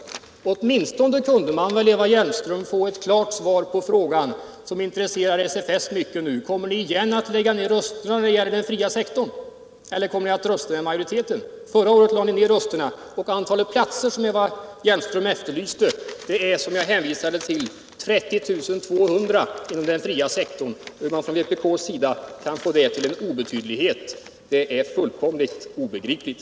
Åtminstone kunde vi väl, Eva Hjelmström, få ett klart svar på den fråga som intresserar SFS mycket: Kommer ni återigen att lägga ner era röster när det gäller den fria sektorn eller kommer ni att rösta med majoriteten? Förra året lade ni ner rösterna. Och antalet platser som Eva Hjelmström efterlyste är, som jag redovisade, 30 200 inom den fria sektorn. Hur man från vpk:s sida kan få det till en obetydlighet är fullkomligt obegripligt.